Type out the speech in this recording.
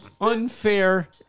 unfair